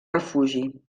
refugi